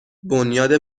بنیاد